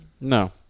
No